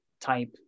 type